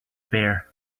bare